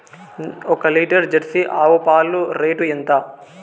ఒక litre Jersey ఆవు పాలు రేటు ఎంత?